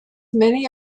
many